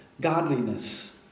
godliness